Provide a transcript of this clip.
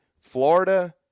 Florida